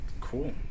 cool